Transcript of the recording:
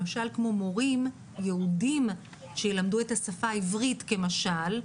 למשל כמו מורים יהודים שילמדו את השפה העברית למשל,